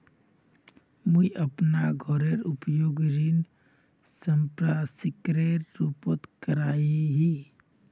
मुई अपना घोरेर उपयोग ऋण संपार्श्विकेर रुपोत करिया ही